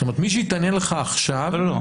זאת אומרת מי שיתעניין לך עכשיו --- לא,